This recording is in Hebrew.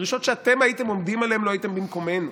הדרישות שאתם הייתם עומדים עליהן לו הייתם במקומנו,